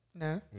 No